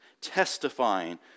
testifying